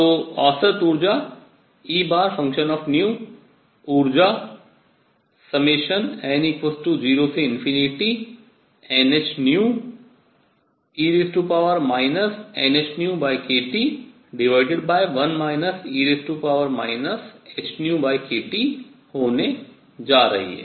तो औसत ऊर्जा E ऊर्जा n0nhνe nhνkT1 e hνkT होने जा रही है